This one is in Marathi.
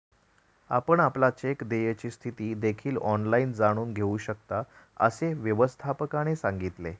आपण आपल्या चेक देयची स्थिती देखील ऑनलाइन जाणून घेऊ शकता, असे व्यवस्थापकाने सांगितले